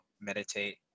meditate